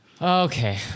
Okay